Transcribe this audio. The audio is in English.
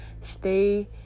stay